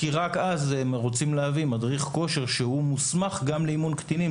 כי רק אז הם רוצים להביא מדריך כושר שמוסמך גם לאימון קטינים.